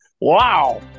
Wow